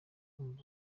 kumva